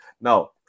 Now